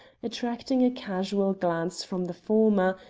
attracting a casual glance from the former,